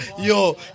Yo